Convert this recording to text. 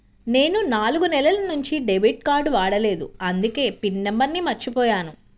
నేను నాలుగు నెలల నుంచి డెబిట్ కార్డ్ వాడలేదు అందుకే పిన్ నంబర్ను మర్చిపోయాను